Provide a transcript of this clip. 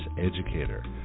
educator